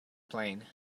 playing